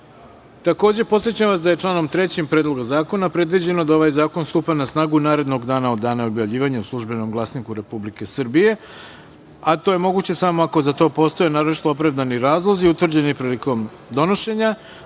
načelu. Podsećam vas da je članom 3. Predloga zakona predviđeno da ovaj zakon stupa na snagu narednog od dana objavljivanja u „Službenom glasniku RS“.To je moguće samo ako za to postoje naročito opravdani razlozi utvrđeni prilikom donošenja. Stavljam